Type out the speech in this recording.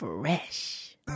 Fresh